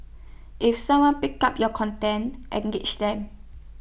if someone pick up your content engage them